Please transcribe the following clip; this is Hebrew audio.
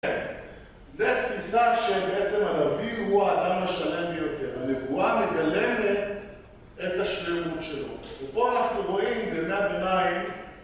זה תפיסה שבעצם הנביא הוא האדם השלם ביותר. הנבואה מגלמת את השלמות שלו. ופה אנחנו רואים בימי הביניים...